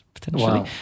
potentially